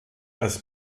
als